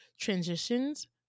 Transitions